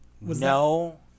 No